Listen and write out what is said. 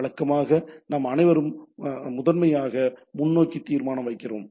வழக்கமாக நாம் அனைவரும் முதன்மையாக முன்னோக்கி தீர்மானம் வைத்திருக்கிறோம்